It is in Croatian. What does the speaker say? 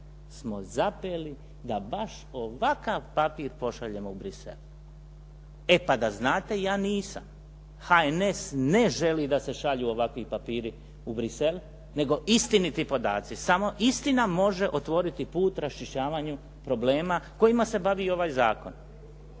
smo zapeli da baš ovakav papir pošaljemo u Bruxelles. E pa da znate, ja nisam. HNS ne želi da se šalju ovakvi papiri u Bruxelles nego istiniti podaci. Samo istina može otvoriti put raščišćavanju problema kojima se bavi i ovaj zakon.